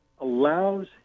allows